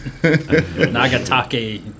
Nagatake